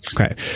Okay